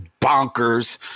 bonkers